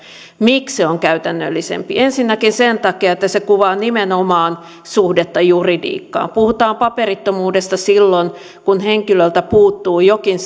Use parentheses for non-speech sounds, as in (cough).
miksi se on käytännöllisempi ensinnäkin sen takia että se kuvaa nimenomaan suhdetta juridiikkaan puhutaan paperittomuudesta silloin kun henkilöltä puuttuu jokin (unintelligible)